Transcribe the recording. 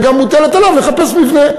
וגם מוטל עליו לחפש מבנה.